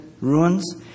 ruins